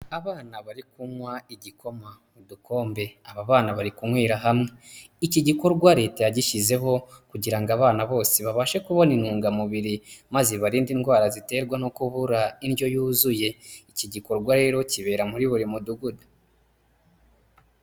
Abana bari kunywa igikoma mu dukombe, aba bana bari kunywera hamwe, iki gikorwa Leta yagishyizeho kugira ngo abana bose babashe kubona intungamubiri maze bibarinde indwara ziterwa no kubura indyo yuzuye, iki gikorwa rero kibera muri buri mudugudu.